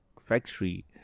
factory